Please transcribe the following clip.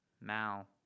Mal